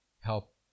help